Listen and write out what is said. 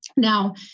Now